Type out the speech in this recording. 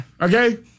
Okay